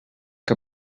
que